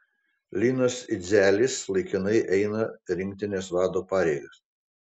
linas idzelis laikinai eina rinktinės vado pareigas